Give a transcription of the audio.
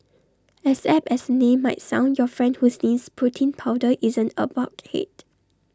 as apt as name might sound your friend who sniffs protein powder isn't A bulkhead